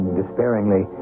despairingly